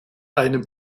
einem